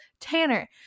Tanner